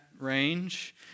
Range